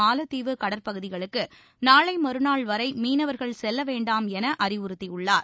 மாலத்தீவு கடற்பகுதிகளுக்குநாளைமறுநாள் வரைமீனவர்கள் செல்லவேண்டாம் எனஅறிவுறுத்தியுள்ளார்